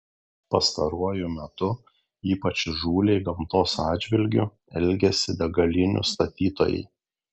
pastaruoju metu ypač įžūliai gamtos atžvilgiu elgiasi degalinių statytojai